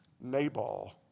Nabal